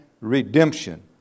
redemption